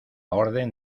orden